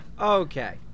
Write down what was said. Okay